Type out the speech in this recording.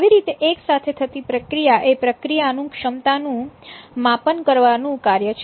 આવી રીતે એક સાથે થતી પ્રક્રિયા એ પ્રક્રિયાની ક્ષમતાનું માપન કરવાનું કાર્ય કરે છે